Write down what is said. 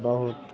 बहुत